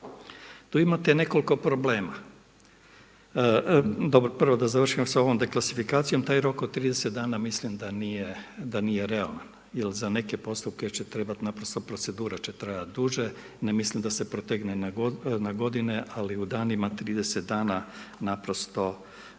Tu imate nekoliko problema, prvo da završim sa ovom deklasifikacijom taj rok od 30 dana mislim da nije realan jer za neke postupke će trebati procedura će trajati duže, ne mislim da se protegne na godine, ali u danima 30 dana neće